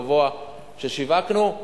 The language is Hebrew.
בעקבות היקף השיווקים הגבוה ששיווקנו.